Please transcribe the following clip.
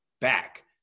back